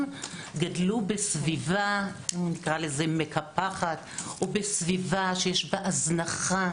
גדלו בסביבה מקפחת או בסביבה שיש בה הזנחה,